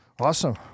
Awesome